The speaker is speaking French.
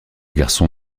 garçon